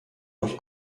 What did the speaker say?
durch